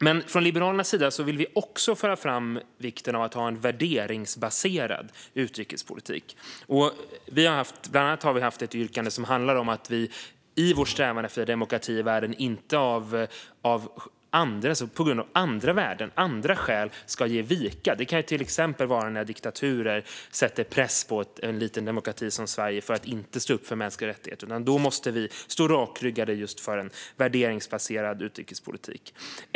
Men från Liberalernas sida vill vi också föra fram vikten av att ha en värderingsbaserad utrikespolitik. Bland annat har vi haft ett yrkande som handlar om att vi i vår strävan efter demokrati i världen inte ska ge vika på grund av andra värden och andra skäl. Det kan till exempel handla om att diktaturer sätter press på en liten demokrati som Sverige att inte stå upp för mänskliga rättigheter. Då måste vi stå rakryggade för just en värderingsbaserad utrikespolitik.